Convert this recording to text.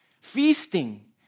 feasting